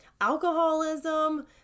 alcoholism